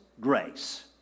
grace